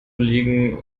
liegen